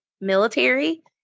military